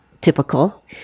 typical